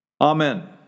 Amen